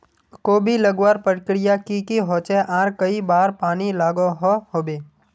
कोबी लगवार प्रक्रिया की की होचे आर कई बार पानी लागोहो होबे?